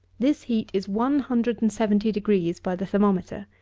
this heat is one hundred and seventy degrees by the thermometer.